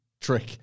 Trick